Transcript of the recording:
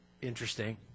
interesting